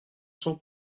sans